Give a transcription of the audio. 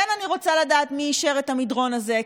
כן, אני רוצה לדעת מי אישר את המדרון הזה.